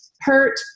hurt